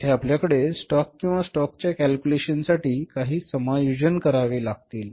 येथे आपल्याकडे स्टॉक किंवा स्टॉकच्या कॅल्क्युलेशनसाठी काही समायोजन करावे लागतील